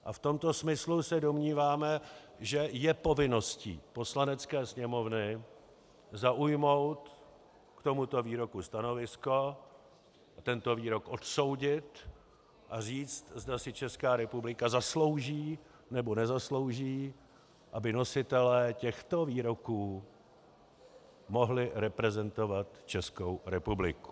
A v tomto smyslu se domníváme, že je povinností Poslanecké sněmovny zaujmout k tomuto výroku stanovisko a tento výrok odsoudit a říct, zda si Česká republika zaslouží, nebo nezaslouží, aby nositelé těchto výroků mohli reprezentovat Českou republiky.